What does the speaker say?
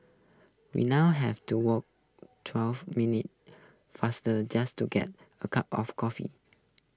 we now have to walk twelve minutes fast just to get A cup of coffee